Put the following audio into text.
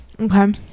Okay